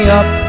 up